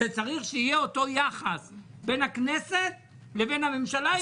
וצריך שיהיה אותו יחס בין הכנסת לבין הממשלה,